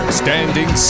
standing